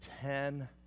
ten